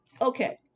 okay